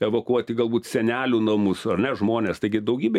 evakuoti galbūt senelių namus ar ne žmones taigi daugybė